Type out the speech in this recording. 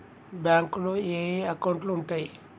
బ్యాంకులో ఏయే అకౌంట్లు ఉంటయ్?